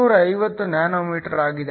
35 ಕೇವಲ 350 nm ಆಗಿದೆ